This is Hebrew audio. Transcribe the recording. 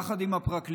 יחד עם הפרקליטות,